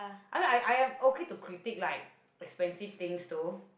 I mean I I am okay to critique like expensive things though